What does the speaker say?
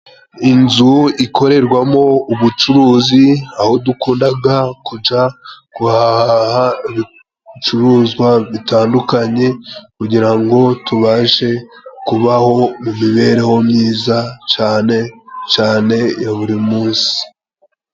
Inzu ikorerwamo ubucuruzi, aho dukundaga kujya guhaha ibicuruzwa bitandukanye, kugira ngo tubashe kubaho mu mibereho myiza cane cane ya buri munsi.